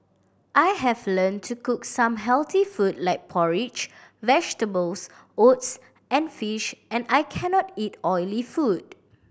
I have learned to cook some healthy food like porridge vegetables oats and fish and I cannot eat oily food